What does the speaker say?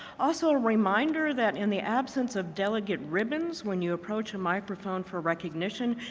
also, a reminder that in the absence of delegate ribbons, when you approach a microphone for recognition,